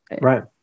Right